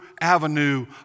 avenue